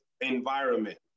environment